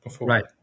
Right